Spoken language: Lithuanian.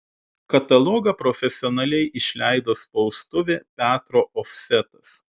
katalogą profesionaliai išleido spaustuvė petro ofsetas